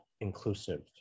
inclusive